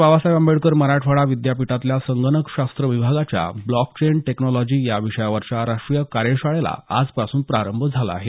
बाबासाहेब आंबेडकर मराठवाडा विद्यापीठातल्या संगणकशास्त्र विभागाच्या ब्लॉकचेन टेक्नॉलॉजी या विषयावरच्या राष्ट्रीय कार्यशाळेला आजपासून प्रारंभ होत आहे